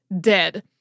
dead